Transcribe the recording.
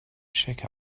check